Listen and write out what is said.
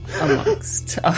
amongst